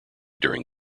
during